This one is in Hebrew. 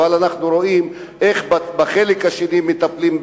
אבל אנחנו רואים איך בחלק השני מטפלים,